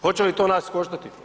Hoće li to nas koštati?